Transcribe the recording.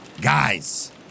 Guys